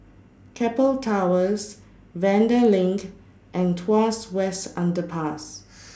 Keppel Towers Vanda LINK and Tuas West Underpass